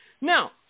Now